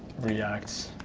react,